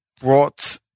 brought